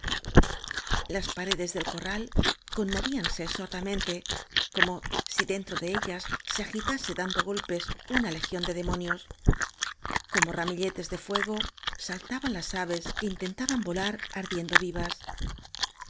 las paredes del corral conmovíanse sorda mente como si dentro de ellas se agitase dan do golpes una legión de demonios omo ra o áñ milletes de fuego saltaban las aves que inten taban volar ardiendo vivas